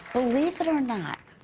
believe it or not,